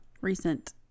recent